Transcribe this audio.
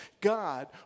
God